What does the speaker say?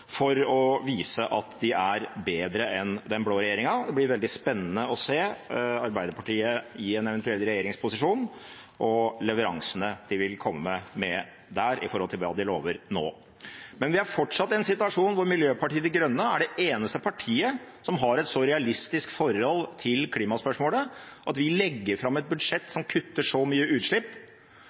for å vise at de er bedre enn den blå regjeringen. Det blir veldig spennende å se Arbeiderpartiet i en eventuell regjeringsposisjon og leveransene de vil komme med der, i forhold til hva de lover nå. Men vi er fortsatt i en situasjon hvor Miljøpartiet De Grønne er det eneste partiet som har et så realistisk forhold til klimaspørsmålet at vi legger fram et budsjett som kutter så mye utslipp